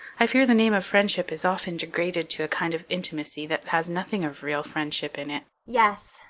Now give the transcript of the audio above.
i fear the name of friendship is often degraded to a kind of intimacy that has nothing of real friendship in it. yes.